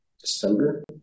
December